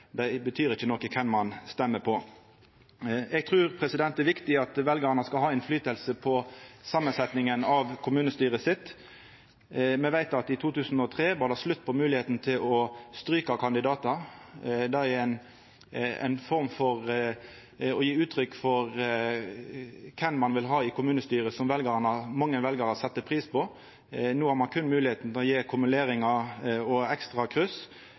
er viktig at veljarane skal ha innverknad på samansetninga av kommunestyret sitt. Me veit at i 2003 var det slutt på moglegheita til å stryka kandidatar. Det er ein form for å gje uttrykk for kven ein vil ha i kommunestyret, som mange veljarar set pris på. No har ein berre moglegheita til å gje kumuleringar og ekstra